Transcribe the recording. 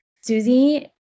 Susie